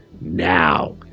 now